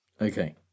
Okay